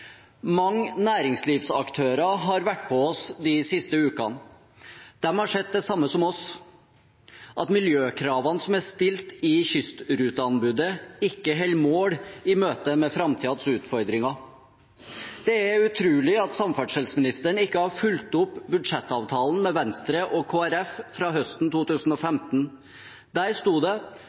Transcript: Mange næringslivsaktører har vært på oss de siste ukene. De har sett det samme som oss, at miljøkravene som er stilt i kystruteanbudet, ikke holder mål i møte med framtidens utfordringer. Det er utrolig at samferdselsministeren ikke har fulgt opp budsjettavtalen med Venstre og Kristelig Folkeparti fra høsten 2015. Der sto det: